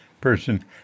person